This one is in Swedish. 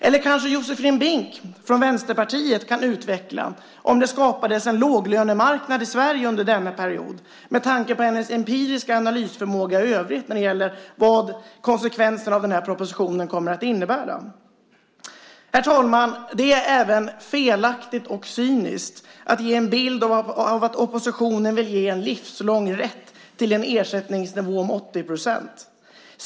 Eller kanske Josefin Brink från Vänsterpartiet kan utveckla om det skapades en låglönemarknad i Sverige under denna period, med tanke på hennes empiriska analysförmåga i övrigt när det gäller vad konsekvensen av propositionen kommer att bli? Herr talman! Det är även felaktigt och cyniskt att ge en bild av att oppositionen vill ge en livslångrätt till en ersättningsnivå om 80 %.